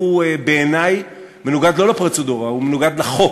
הוא בעיני מנוגד לא לפרוצדורה, הוא מנוגד לחוק.